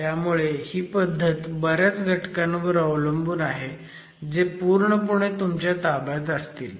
त्यामुळे ही पद्धत बऱ्याच घटकांवर अवलंबून आहे जे पूर्णपणे तुमच्या ताब्यात असतील